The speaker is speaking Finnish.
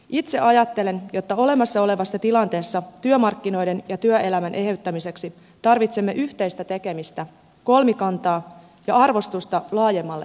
itse ajattelen että olemassa olevassa tilanteessa työmarkkinoiden ja työelämän eheyttämiseksi tarvitsemme yhteistä tekemistä kolmikantaa ja arvostusta laajemmalle sopimiselle